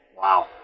Wow